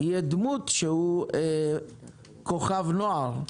יהיה דמות שהוא כוכב נוער?